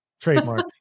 Trademark